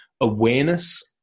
awareness